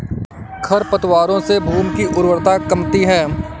खरपतवारों से भूमि की उर्वरता कमती है